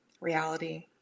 reality